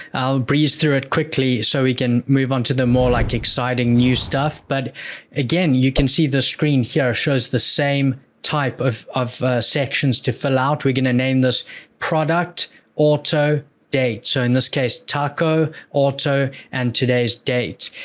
i'll breeze through it quickly so we can move on to the more like exciting new stuff. but again, you can see this screen here shows the same type of of sections to fill out. we're gonna name this product auto date. so in this case, taco auto and today's date.